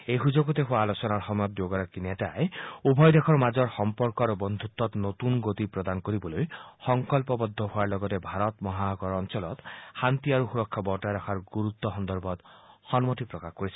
এই সুযোগতে হোৱা আলোচনাৰ সময়ত দুয়োগৰাকী নেতাই উভয় দেশৰ মাজত সম্পৰ্ক আৰু বন্ধতত নতুন গতি প্ৰদান কৰিবলৈ সংকল্পবদ্ধ হোৱাৰ লগতে ভাৰত মহাসাগৰ অঞ্চলত শান্তি আৰু সুৰক্ষা বৰ্তাই ৰখাৰ গুৰুত্ সন্দৰ্ভত সন্মতি প্ৰকাশ কৰিছে